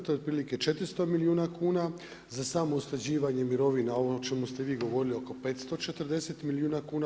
To je otprilike 400 milijuna kuna, za samousklađivanje mirovina ono o čemu ste vi govorili oko 540 milijuna kuna.